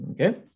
Okay